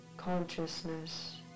Consciousness